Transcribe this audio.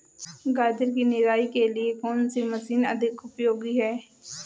गाजर की निराई के लिए कौन सी मशीन अधिक उपयोगी है?